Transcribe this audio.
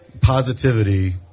positivity